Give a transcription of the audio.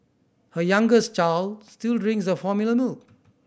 her youngest child still drinks the formula milk